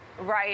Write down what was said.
Right